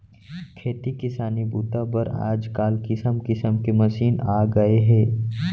खेती किसानी बूता बर आजकाल किसम किसम के मसीन आ गए हे